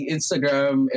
Instagram